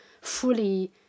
fully